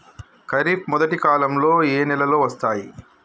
ఖరీఫ్ మొదటి కాలంలో ఏ నెలలు వస్తాయి?